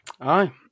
Aye